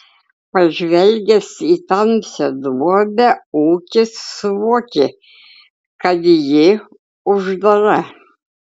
pažvelgęs į tamsią duobę ūkis suvokė kad ji uždara